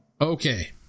Okay